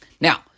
Now